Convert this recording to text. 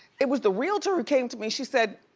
it was the realtor who came to me, she said,